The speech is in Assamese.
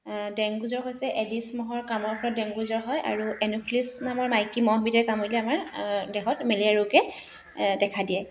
ডেংগু হৈছে এডিছ মহৰ কামোৰৰ পৰা ডেংগু জ্বৰ হয় আৰু এন'ফিলিছ নামৰ মাইকী মহবিধে কামুৰিলে আমাৰ দেহত মেলেৰিয়া ৰোগে দেখা দিয়ে